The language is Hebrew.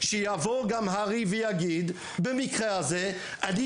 שהר"י גם יבוא ויגיד "במקרה הזה אני